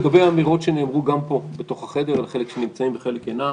לגבי האמירות שנאמרו גם פה בחדר על ידי חלק שנמצאים וחלק אינם,